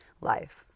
life